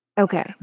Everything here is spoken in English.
Okay